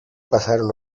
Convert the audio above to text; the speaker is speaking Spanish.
pasaron